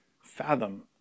fathom